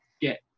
get